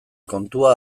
kontua